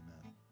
Amen